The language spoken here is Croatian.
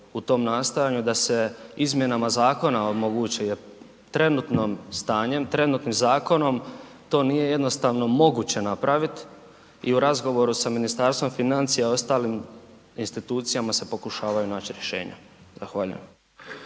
u tom nastojanju da se izmjenama zakona trenutnim stanjem, trenutnim zakonom to nije jednostavno moguće napraviti i u razgovoru sa Ministarstvom financija i ostalim institucijama se pokušavaju naći rješenja. Zahvaljujem.